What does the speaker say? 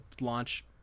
launch